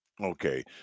Okay